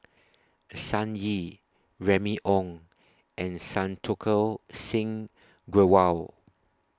Sun Yee Remy Ong and Santokh Singh Grewal